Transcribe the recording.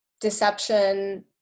deception